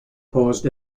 posed